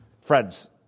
Friends